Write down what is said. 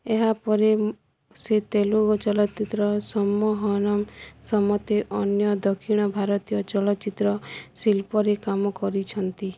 ଏହା ପରେ ସେ ତେଲୁଗୁ ଚଳଚ୍ଚିତ୍ର ସମ୍ମୋହନମ୍ ସମେତ ଅନ୍ୟ ଦକ୍ଷିଣ ଭାରତୀୟ ଚଳଚ୍ଚିତ୍ର ଶିଳ୍ପରେ କାମ କରିଛନ୍ତି